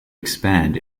expand